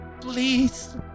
Please